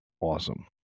awesome